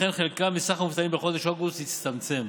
לכן חלקם מסך המובטלים בחודש אוגוסט הצטמצם.